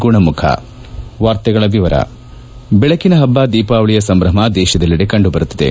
ಗುಣಮುಖ ಬೆಳಕಿನ ಹಬ್ಬ ದೀಪಾವಳಿಯ ಸಂಭ್ರಮ ದೇಶದೆಲ್ಲೆದೆ ಕಂಡು ಬರುತ್ತಿದೆ